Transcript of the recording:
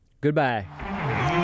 Goodbye